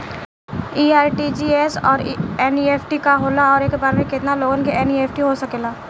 इ आर.टी.जी.एस और एन.ई.एफ.टी का होला और एक बार में केतना लोगन के एन.ई.एफ.टी हो सकेला?